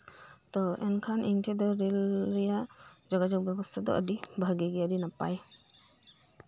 ᱛᱚ ᱮᱱᱠᱷᱟᱱ ᱤᱧ ᱴᱷᱮᱱ ᱫᱚ ᱨᱮᱹᱞ ᱨᱮᱱᱟᱜ ᱡᱳᱜᱟᱡᱚᱳᱜᱽ ᱵᱮᱵᱚᱥᱛᱷᱟ ᱫᱚ ᱟᱹᱰᱤ ᱵᱷᱟᱹᱜᱮ ᱜᱮᱭᱟ ᱟᱰᱤ ᱱᱟᱯᱟᱭ